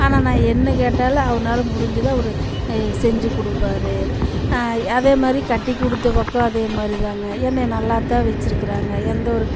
ஆனால் நான் என்ன கேட்டாலும் அவர்னால் முடிஞ்சதை அவரு செஞ்சு கொடுப்பாரு அதேமாதிரி கட்டிக்கொடுத்த பக்கம் அதே மாதிரிதாங்க என்னை நல்லாத்தான் வச்சிருக்குறாங்க எந்தவொரு